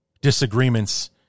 disagreements